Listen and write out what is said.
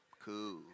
cool